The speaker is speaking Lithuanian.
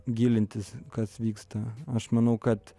gilintis kas vyksta aš manau kad